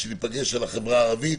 כשניפגש על החבר הערבית,